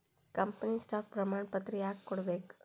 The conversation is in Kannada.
ಕಂಪನಿ ಸ್ಟಾಕ್ ಪ್ರಮಾಣಪತ್ರ ಯಾಕ ಕೊಡ್ಬೇಕ್